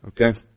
okay